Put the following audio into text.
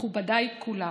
מכובדיי כולם,